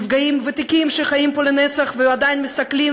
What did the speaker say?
נפגעים ותיקים שחיים פה נצח ועדיין מסתכלים